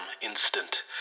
instant